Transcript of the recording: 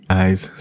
eyes